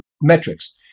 metrics